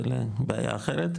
והבעיה האחרת,